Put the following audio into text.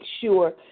sure